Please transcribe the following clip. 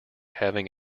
having